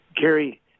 Gary